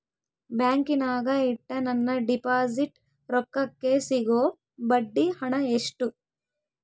ಬ್ಯಾಂಕಿನಾಗ ಇಟ್ಟ ನನ್ನ ಡಿಪಾಸಿಟ್ ರೊಕ್ಕಕ್ಕೆ ಸಿಗೋ ಬಡ್ಡಿ ಹಣ ಎಷ್ಟು?